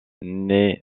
naît